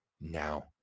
now